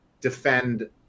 defend